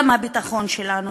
גם הביטחון שלנו,